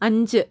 അഞ്ച്